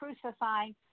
crucifying